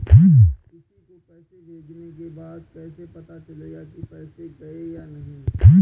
किसी को पैसे भेजने के बाद कैसे पता चलेगा कि पैसे गए या नहीं?